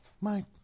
Mike